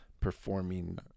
performing